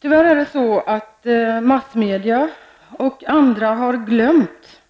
Tyvärr har massmedia och andra glömt,